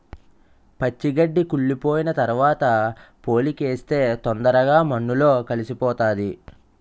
పచ్చి గడ్డి కుళ్లిపోయిన తరవాత పోలికేస్తే తొందరగా మన్నులో కలిసిపోతాది